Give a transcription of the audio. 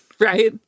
right